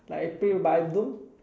like I play but I don't